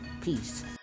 Peace